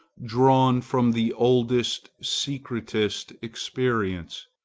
drawn from the oldest, secretest experience,